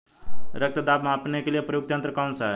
रक्त दाब मापने के लिए प्रयुक्त यंत्र कौन सा है?